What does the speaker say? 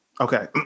Okay